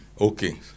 Okay